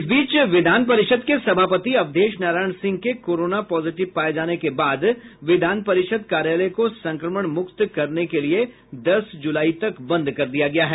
इस बीच विधान परिषद के सभापति अवधेश नारायण सिंह के कोरोना पॉजिटिव पाये जाने के बाद विधान परिषद कार्यालय को संक्रमण मुक्त करने के लिए दस जुलाई तक बंद कर दिया गया है